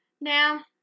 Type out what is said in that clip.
Now